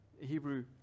Hebrew